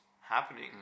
happening